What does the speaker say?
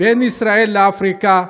בין ישראל לאפריקה,